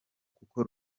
kuko